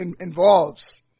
involves